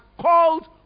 called